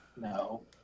no